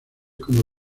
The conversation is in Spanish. como